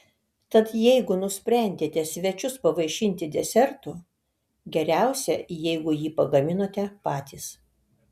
tad jeigu nusprendėte svečius pavaišinti desertu geriausia jeigu jį pagaminote patys